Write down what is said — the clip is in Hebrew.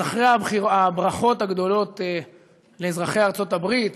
אז אחרי הברכות הגדולות לאזרחי ארצות-הברית,